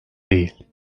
değil